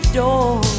door